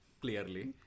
clearly